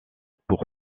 pour